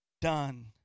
done